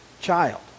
child